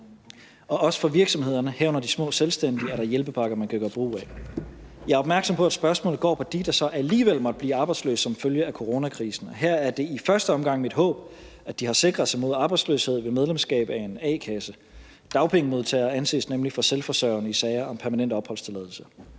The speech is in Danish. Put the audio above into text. Og også for virksomhederne, herunder de små selvstændige, er der hjælpepakker, man kan gøre brug af. Jeg er opmærksom på, at spørgsmålet går på dem, der så alligevel måtte blive arbejdsløse som følge af coronakrisen, og her er det i første omgang mit håb, at de har sikret sig mod arbejdsløshed ved medlemskab af en a-kasse. Dagpengemodtagere anses nemlig for selvforsørgende i sager om permanent opholdstilladelse.